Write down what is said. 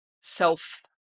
self